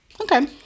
Okay